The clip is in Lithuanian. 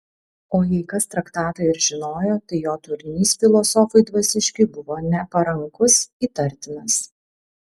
o jei kas traktatą ir žinojo tai jo turinys filosofui dvasiškiui buvo neparankus įtartinas